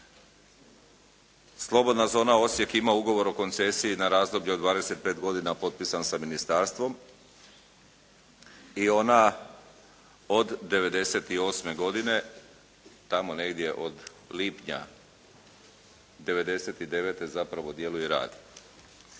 Slobodna zona Osijek ima ugovor o koncesiji na razdoblje od 25 godina potpisan sa ministarstvom i ona od '98. godine tamo negdje od lipnja '99. zapravo djeluje i radi.